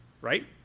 right